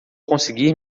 conseguir